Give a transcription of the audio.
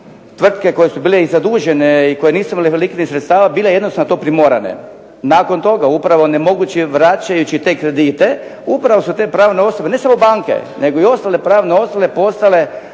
tvrtke koje su bile i zadužene i koje nisu imale …/Govornik se ne razumije./… sredstava bile jednostavno to primorane. Nakon toga upravo …/Govornik se ne razumije./… vraćajući te kredite, upravo su te pravne osobe, ne samo banke nego i ostale pravne osobe postale